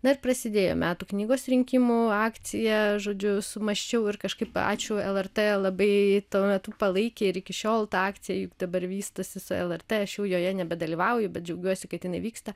na ir prasidėjo metų knygos rinkimų akcija žodžiu sumąsčiau ir kažkaip ačiū lrt labai tuo metu palaikė ir iki šiol ta akcija juk dabar vystosi su lrt aš jau joje nebedalyvauju bet džiaugiuosi kad jinai vyksta